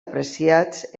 apreciats